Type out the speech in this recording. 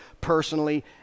personally